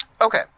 Okay